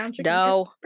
No